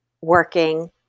working